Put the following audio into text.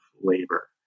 labor